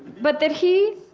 but that he